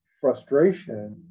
frustration